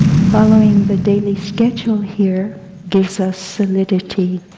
following the daily schedule here gives us solidity.